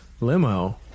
limo